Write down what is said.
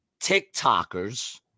TikTokers